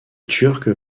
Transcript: turcs